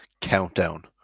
countdown